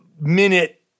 minute